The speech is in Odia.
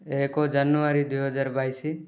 ଏକ ଜାନୁୟାରୀ ଦୁଇହଜାର ବାଇଶ